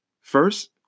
First